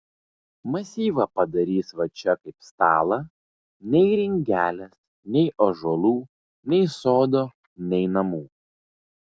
masyvą padarys va čia kaip stalą nei ringelės nei ąžuolų nei sodo nei namų